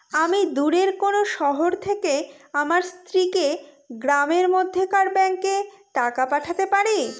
আমি দূরের কোনো শহর থেকে আমার স্ত্রীকে গ্রামের মধ্যেকার ব্যাংকে টাকা পাঠাতে পারি?